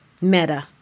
meta